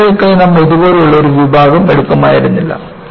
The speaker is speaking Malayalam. റെയിലുകൾക്കായി നമ്മൾ ഇതുപോലുള്ള ഒരു വിഭാഗം എടുക്കുമായിരുന്നില്ല